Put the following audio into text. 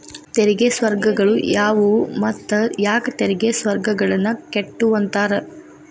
ತೆರಿಗೆ ಸ್ವರ್ಗಗಳು ಯಾವುವು ಮತ್ತ ಯಾಕ್ ತೆರಿಗೆ ಸ್ವರ್ಗಗಳನ್ನ ಕೆಟ್ಟುವಂತಾರ